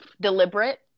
deliberate